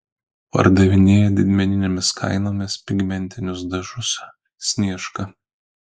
pardavinėja didmeninėmis kainomis pigmentinius dažus sniežka